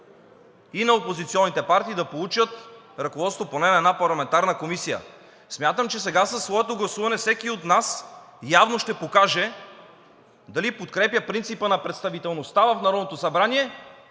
и на опозиционните партии да получат ръководството поне на една парламентарна комисия. Смятам, че сега със своето гласуване всеки от нас явно ще покаже дали подкрепя принципа на представителността в Народното събрание,